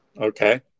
Okay